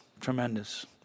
tremendous